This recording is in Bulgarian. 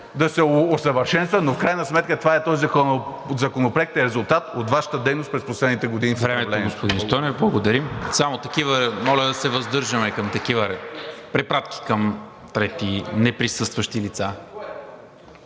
да се усъвършенства, но в крайна сметка този законопроект е резултат от Вашата дейност през последните години.